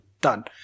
Done